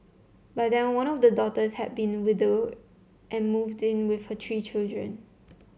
by then one of the daughters had been widowed and moved in with her three children